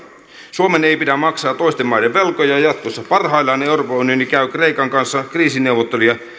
suomen ei pidä maksaa toisten maiden velkoja jatkossa parhaillaan euroopan unioni käy kreikan kanssa kriisineuvotteluja